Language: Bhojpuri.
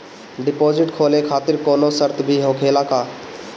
डिपोजिट खोले खातिर कौनो शर्त भी होखेला का?